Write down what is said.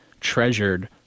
treasured